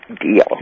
deal